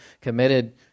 committed